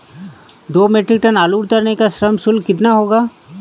दो metric tonne आलू उतारने का श्रम शुल्क कितना होगा?